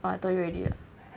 oh I told you already ah